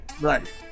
Right